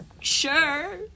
Sure